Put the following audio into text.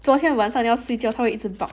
昨天晚上要睡觉它会一直 dog